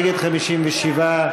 בעד, 40, נגד, 57,